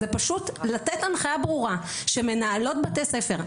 זה פשוט לתת הנחיה ברורה שמנהלות בתי ספר,